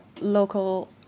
local